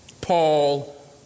Paul